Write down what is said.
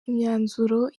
imyanzuro